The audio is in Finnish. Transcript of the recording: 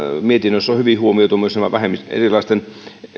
mietinnössä on hyvin huomioitu nämä vähemmistöt erilaisten